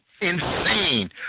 insane